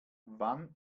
wann